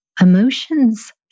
Emotions